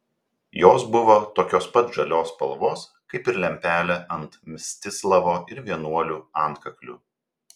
jos buvo tokios pat žalios spalvos kaip ir lempelė ant mstislavo ir vienuolių antkaklių